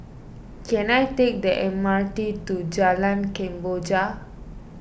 can I take the M R T to Jalan Kemboja